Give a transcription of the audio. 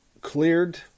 cleared